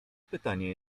pytanie